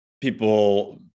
People